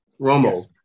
Romo